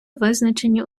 визначені